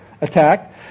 attacked